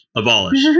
abolish